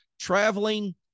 traveling